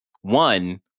one